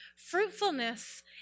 Fruitfulness